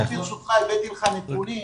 ברשותך, הבאתי לך נתונים.